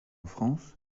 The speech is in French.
france